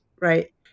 right